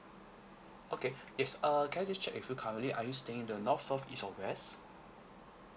okay yes err can I just check with you currently are you staying in the north south east or west